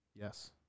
Yes